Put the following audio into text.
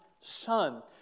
Son